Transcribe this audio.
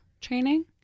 training